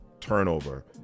turnover